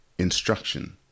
instruction